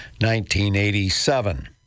1987